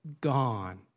gone